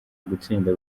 gutsinda